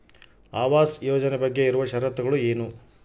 ಆವಾಸ್ ಯೋಜನೆ ಬಗ್ಗೆ ಇರುವ ಶರತ್ತುಗಳು ಏನು?